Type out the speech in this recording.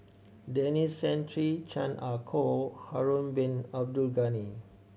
Denis Santry Chan Ah Kow Harun Bin Abdul Ghani